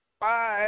Bye